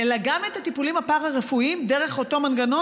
אלא גם את הטיפולים הפארה-רפואיים דרך אותו מנגנון,